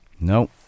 No